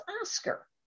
Oscar